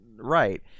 Right